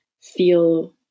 feel